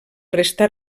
restà